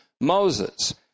Moses